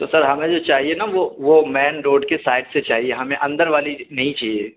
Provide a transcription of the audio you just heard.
تو سر ہمیں جو چاہیے نا وہ وہ مین روڈ کے سائڈ سے چاہیے ہمیں اندر والی نہیں چاہیے